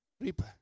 reaper